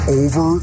over